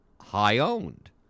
high-owned